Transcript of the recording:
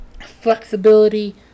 flexibility